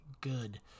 good